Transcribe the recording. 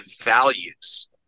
values